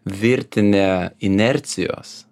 virtinė inercijos